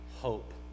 Hope